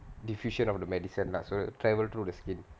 diffusion of the medicine lah so travel through the skin